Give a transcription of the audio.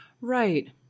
Right